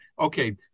okay